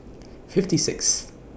fifty Sixth